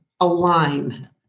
align